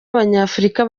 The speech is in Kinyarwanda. abanyafurika